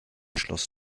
schloß